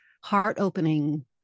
heart-opening